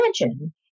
imagine